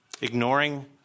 Ignoring